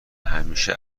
همیشه